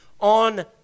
on